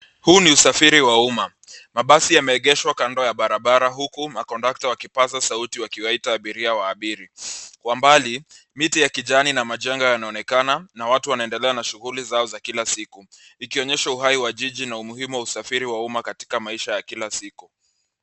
Huu ni usafiri wa umma. Mabasi yameegeshwa kando ya barabara huku makondakta wakipaza sauti wakiwaita abiria waabiri. Kwa mbali miti ya kijani na majengo yanaonekana na watu wanaendelea na shuguli zao za kila siku ikionyesha uhai wa jiji na umuhimu wa usafiri wa umma katika maisha ya kila siku.